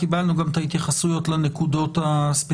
גם קיבלנו את המסמך שלכם שמתייחס לנקודות הספציפיות.